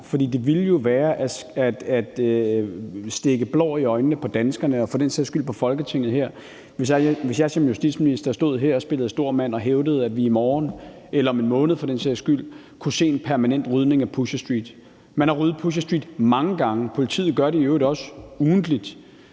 det ville jo være at stikke danskerne og for den sags skyld Folketinget blår i øjnene, hvis jeg som justitsminister stod her og spillede stor mand og hævdede, at vi i morgen eller om en måned for den sags skyld kunne se en permanent rydning af Pusher Street. Man har ryddet Pusher Street mange gange, og politiet gør det i øvrigt også ugentligt.